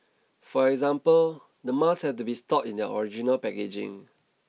for example the masks have to be stored in their original packaging